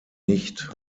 nicht